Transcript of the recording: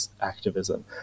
activism